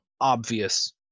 obvious